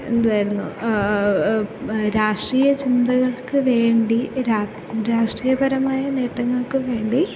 എന്തുവായിരുന്നു രാഷ്ട്രീയ ചിന്തകൾക്കു വേണ്ടി രാഷ്ട്രീയ രാഷ്ട്രീയപരമായ നേട്ടങ്ങൾക്കു വേണ്ടി